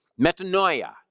Metanoia